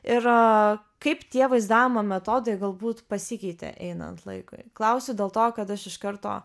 ir kaip tie vaizdavimo metodai galbūt pasikeitė einant laikui klausiu dėl to kad aš iš karto